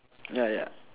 ya ya